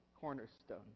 cornerstone